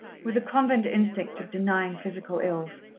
with the convent instinct of denying physical ills.